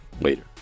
later